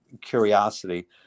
curiosity